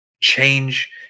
Change